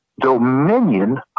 dominion